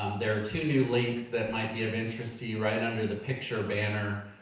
there are two new links that might be of interest to you right under the picture banner.